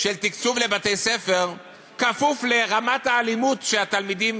של תקצוב לבתי-ספר כפוף לרמת האלימות של התלמידים,